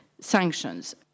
sanctions